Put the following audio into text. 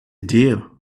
deal